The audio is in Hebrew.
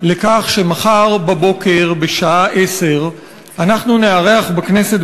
לכך שמחר בבוקר בשעה 10:00 אנחנו נארח בכנסת,